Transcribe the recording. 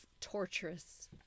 torturous